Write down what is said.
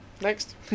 next